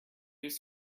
was